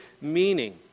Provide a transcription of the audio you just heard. meaning